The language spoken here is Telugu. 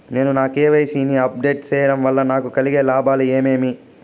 నేను నా కె.వై.సి ని అప్ డేట్ సేయడం వల్ల నాకు కలిగే లాభాలు ఏమేమీ?